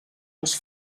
els